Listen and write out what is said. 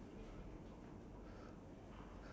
that's like my one day of work you know